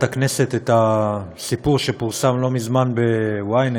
הכנסת את הסיפור שפורסם לא מזמן ב-ynet,